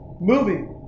movie